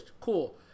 cool